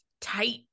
tight